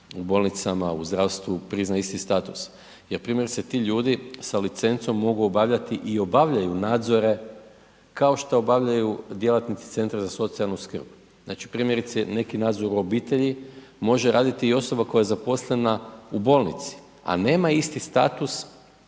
u bolnicama, u zdravstvu prizna isti status jer primjerice, tu ljudi sa licencom mogu obavljati i obavljaju nadzore kao što obavljaju djelatnici Centra za socijalnu skrb. znači primjerice, neki nadzor u obitelji može raditi i osoba koja je zaposlena u bolnici, a nema isti status